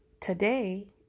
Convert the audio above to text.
today